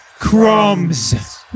crumbs